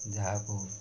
ଯାହାକୁ